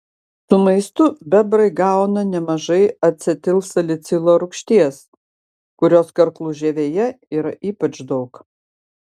su maistu bebrai gauna nemažai acetilsalicilo rūgšties kurios karklų žievėje yra ypač daug